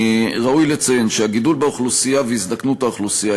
ראוי לציין שהגידול באוכלוסייה והזדקנות האוכלוסייה,